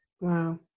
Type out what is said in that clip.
Wow